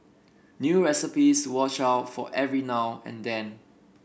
new recipes watch out for every now and then